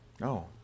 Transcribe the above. No